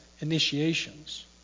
initiations